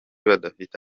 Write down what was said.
badafite